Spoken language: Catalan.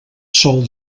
sol